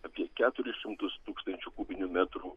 apie keturis šimtus tūkstančių kubinių metrų